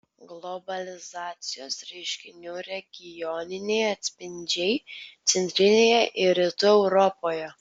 globalizacijos reiškinių regioniniai atspindžiai centrinėje ir rytų europoje